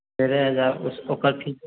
तेरे हजार उसको कथी